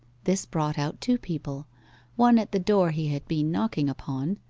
this brought out two people one at the door he had been knocking upon,